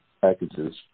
packages